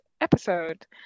episode